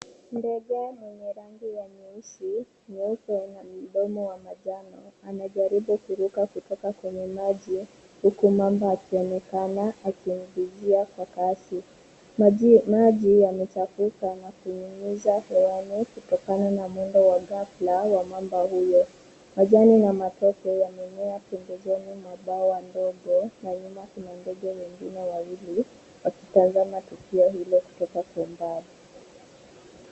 Ndege mwenye rangi ya nyeusi, nyeupe na mdomo wa manjano anajaribu kuruka kutoka kwenye maji huku mamba akionekana akimkujia kwa kasi. Maji yamechafuka na kunyunyiza hewani kutokana na mwendo wa ghafla wa mamba huyo. Majani ya matoke yamemea pembezoni mwa bwawa ndogo na nyuma kuna ndege wengine wawili wakitazama tukio hilo kutoka kwa umbali.